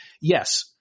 yes